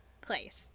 place